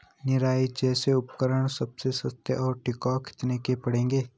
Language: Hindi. निराई जैसे उपकरण सबसे सस्ते और टिकाऊ कितने के पड़ेंगे?